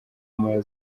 moya